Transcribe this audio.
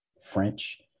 French